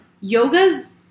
Yoga's